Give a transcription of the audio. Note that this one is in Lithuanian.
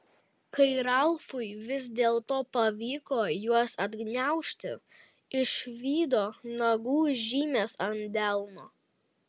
kai ralfui vis dėlto pavyko juos atgniaužti išvydo nagų žymes ant delno